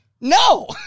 no